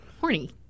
horny